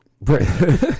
Right